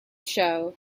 show